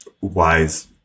wise